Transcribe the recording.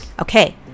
Okay